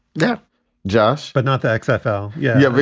yeah just. but not the sfl. yeah. yeah.